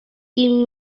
giving